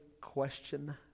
question